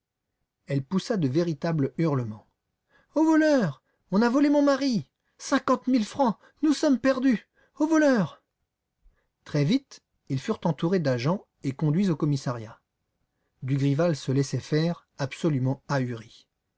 elle poussa de véritables hurlements au voleur on a volé mon mari cinquante mille francs nous sommes perdus au voleur très vite ils furent entourés d'agents et conduits au commissariat dugrival se laissait faire absolument ahuri